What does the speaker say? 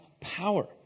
power